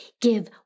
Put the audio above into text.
give